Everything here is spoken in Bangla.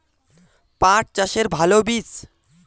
পাঠ চাষের ভালো বীজ?